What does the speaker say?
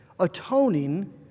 atoning